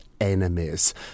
enemies